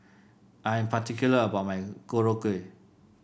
I'm particular about my Korokke